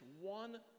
one